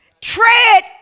Tread